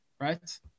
right